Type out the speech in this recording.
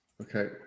Okay